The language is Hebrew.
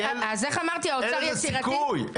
אין לזה סיכוי.